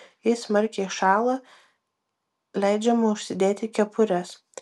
jei smarkiai šąla leidžiama užsidėti kepures